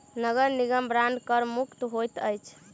नगर निगम बांड कर मुक्त होइत अछि